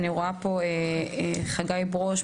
אני רואה פה את חגי ברוש,